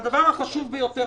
הדבר החשוב ביותר,